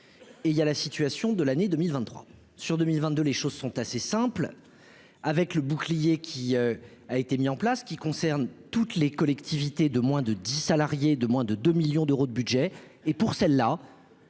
et il y a la situation de l'année 2023 sur 2022, les choses sont assez simples avec le bouclier, qui a été mis en place, qui concerne toutes les collectivités de moins de 10 salariés de moins de 2 millions d'euros de budget et pour celle-là.